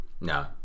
no